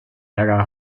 ärger